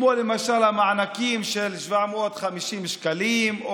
כמו למשל המענקים של 750 שקלים,